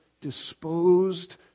disposed